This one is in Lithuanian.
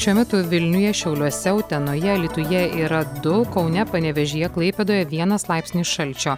šiuo metu vilniuje šiauliuose utenoje alytuje yra du kaune panevėžyje klaipėdoje vienas laipsnis šalčio